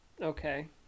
Okay